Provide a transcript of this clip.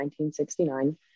1969